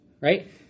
right